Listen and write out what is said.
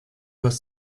was